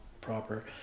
proper